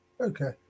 Okay